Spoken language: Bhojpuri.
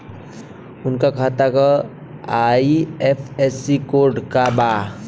उनका खाता का आई.एफ.एस.सी कोड का बा?